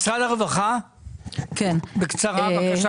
משרד הרווחה, בבקשה.